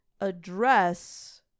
address